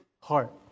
heart